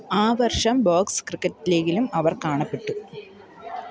ആ വർഷം box cricket ലീഗിലും അവർ കാണപ്പെട്ടു